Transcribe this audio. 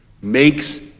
makes